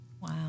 Wow